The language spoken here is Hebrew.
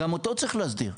גם אותו צריך להסדיר,